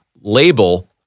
label